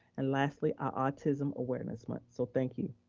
and lastly, our autism awareness month. so thank you.